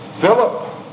Philip